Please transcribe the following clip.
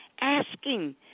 asking